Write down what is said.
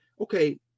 Okay